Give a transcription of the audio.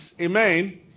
Amen